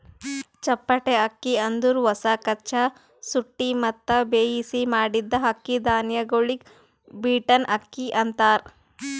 ಚಪ್ಪಟೆ ಅಕ್ಕಿ ಅಂದುರ್ ಹೊಸ, ಕಚ್ಚಾ, ಸುಟ್ಟಿ ಮತ್ತ ಬೇಯಿಸಿ ಮಾಡಿದ್ದ ಅಕ್ಕಿ ಧಾನ್ಯಗೊಳಿಗ್ ಬೀಟನ್ ಅಕ್ಕಿ ಅಂತಾರ್